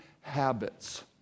habits